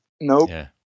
nope